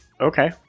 Okay